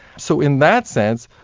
so, in that sense,